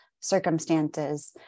circumstances